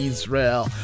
Israel